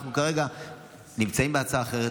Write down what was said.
אנחנו כרגע נמצאים בהצעה אחרת,